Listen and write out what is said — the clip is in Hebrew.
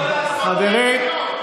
חברים.